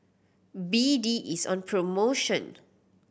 B D is on promotion